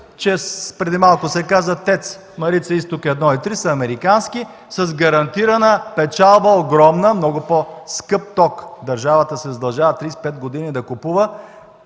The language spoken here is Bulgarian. Преди малко се каза, че ТЕЦ „Марица изток 1 и 3” са американски с гарантирана огромна печалба, много по-скъп ток. Държавата се задължава 35 години да купува